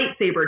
lightsaber